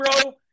bro